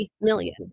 million